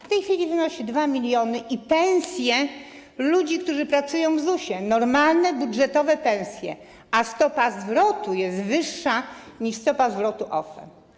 W tej chwili wynosi 2 mln - i pensje ludzi, którzy pracują w ZUS-ie, normalne, budżetowe pensje - a stopa zwrotu jest wyższa niż stopa zwrotu OFE.